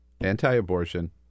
anti-abortion